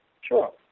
Sure